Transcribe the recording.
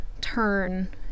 turn